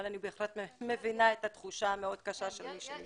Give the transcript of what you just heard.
אני בהחלט מבינה את התחושה המאוד קשה של מי שנדחה.